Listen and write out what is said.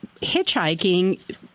hitchhiking